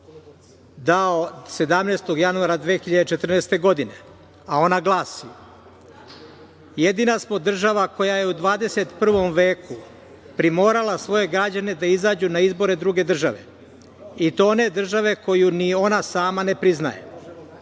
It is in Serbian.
dao 17. januara 2014. godine, a ona glasi – jedina smo država koja je u 21. veku primorala svoje građane da izađu na izbore druge države, i to one države koju ni ona sama ne priznaje,